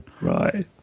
Right